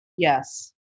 Yes